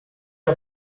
are